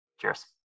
Cheers